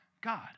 God